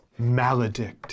Maledict